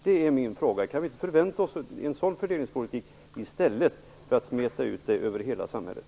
Kan vi inte förvänta oss en sådan fördelningspolitik i stället för att denna förmån skall smetas ut över hela samhället?